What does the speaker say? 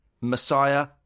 messiah